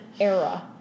era